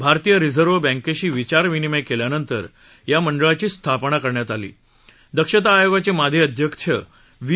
भारतीय रिझर्व्ह बँकेशी विचारविनिमय केल्यानंतर या मंडळाची स्थापना करण्यात आली असून दक्षता आयोगाचे माजी अध्यक्ष व्ही